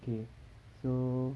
okay so